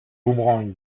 boomerang